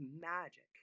magic